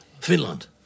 Finland